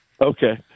Okay